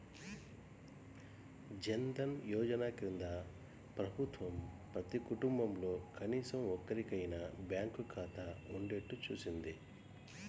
జన్ ధన్ యోజన కింద ప్రభుత్వం ప్రతి కుటుంబంలో కనీసం ఒక్కరికైనా బ్యాంకు ఖాతా ఉండేట్టు చూసింది